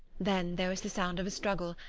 then there was the sound of a struggle,